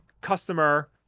customer